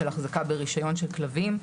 של החזקה ברישיון של כלבים.